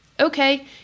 Okay